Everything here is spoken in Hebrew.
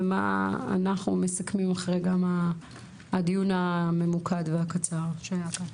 ומה אנחנו מסכמים אחרי הדיון הממוקד והקצר שהיה כאן.